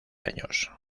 años